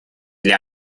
для